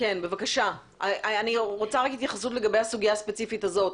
אני רוצה התייחסות לגבי הסוגיה הספציפית הזאת